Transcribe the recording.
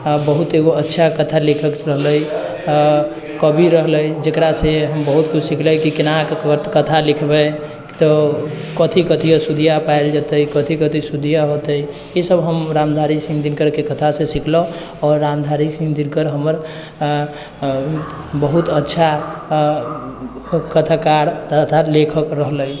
बहुत एगो अच्छा कथा लेखक रहलै कवि रहलै जकरासँ हम बहुत कुछ सिखलिए कि कोनाकऽ कथा लिखबै तऽ कथी कथी अशुद्धि पैल जेतै कथी कथी शुद्धि हेतै ईसब हम रामधारी सिंहके कथासँ सिखलहुँ आओर रामधारी सिंह दिनकर हमर बहुत अच्छा कथाकार तथा लेखक रहलै